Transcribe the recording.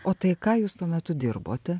o tai ką jūs tuo metu dirbote